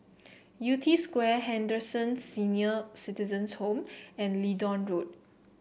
Yew Tee Square Henderson Senior Citizens' Home and Leedon Road